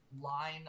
line